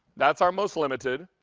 that is our most limited.